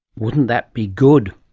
wouldn't that be good?